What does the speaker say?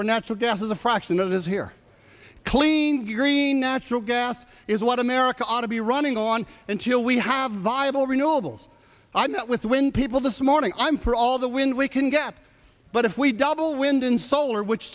where natural gas is a fraction of his hear clean green natural gas is what america ought to be running on until we have viable renewables i met with when people this morning i'm for all the wind we can get but if we double wind and solar which